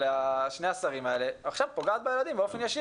שני השרים האלה עכשיו פוגעת בילדים באופן ישיר.